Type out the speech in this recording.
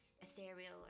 ethereal